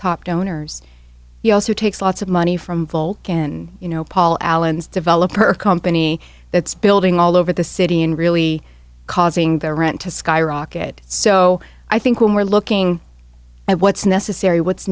top donors he also takes lots of money from vulcan you know paul allen's developer company that's building all over the city and really causing their rent to skyrocket so i think we're looking at what's necessary what's